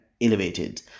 elevated